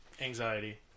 anxiety